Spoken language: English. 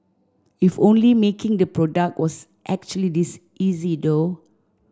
if only making the product was actually this easy though